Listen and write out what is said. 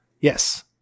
Yes